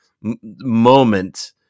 moment